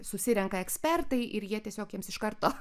susirenka ekspertai ir jie tiesiog jiems iš karto